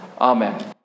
Amen